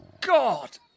God